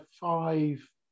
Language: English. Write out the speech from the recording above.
five